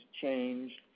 changed